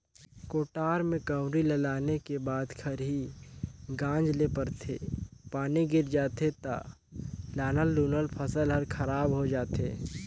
कोठार में कंवरी ल लाने के बाद खरही गांजे ले परथे, पानी गिर जाथे त लानल लुनल फसल हर खराब हो जाथे